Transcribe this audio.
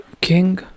king